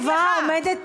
חברתך הטובה עומדת,